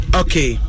okay